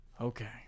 Okay